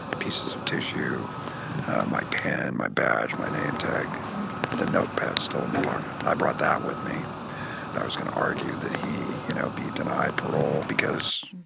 pieces of tissue, ah my pen and my badge, my name tag, and the notepad still in the pocket. i brought that with me and i was going to argue that he, you know, be denied parole because,